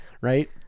Right